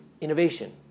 innovation